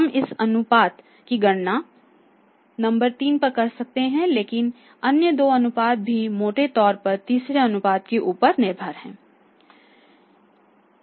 हम इस अनुपात की गणना 3 नंबर पर कर रहे हैं लेकिन अन्य दो अनुपात भी मोटे तौर पर तीसरे अनुपात के ऊपर निर्भर है